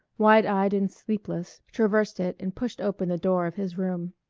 wide-eyed and sleepless, traversed it and pushed open the door of his room.